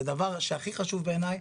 הדבר שהכי חשוב בעיניי,